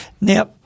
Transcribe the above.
Now